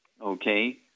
okay